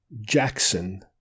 Jackson